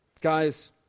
Guys